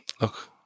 Look